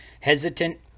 hesitant